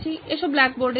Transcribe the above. আসুন ব্ল্যাকবোর্ডে যাই